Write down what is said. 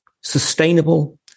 sustainable